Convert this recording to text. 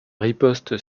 riposte